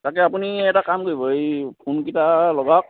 তাকে আপুনি এটা কাম কৰিব এই ফোনকেইটা লগাওক